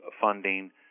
funding